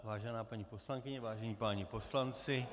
Vážená paní poslankyně, vážení páni poslanci.